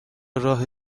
راه